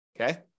okay